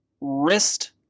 wrist